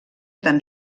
tan